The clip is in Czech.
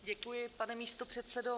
Děkuji, pane místopředsedo.